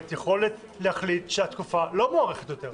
יכולת להחליט שהתקופה לא מוארכת יותר.